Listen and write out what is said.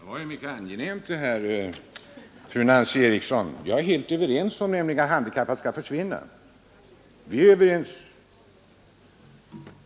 Herr talman! Det här var mycket angenämt, fru Nancy Eriksson. Vi är helt överens om att ordet handikappad skall försvinna.